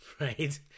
right